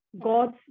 Gods